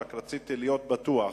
רק רציתי להיות בטוח,